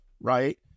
Right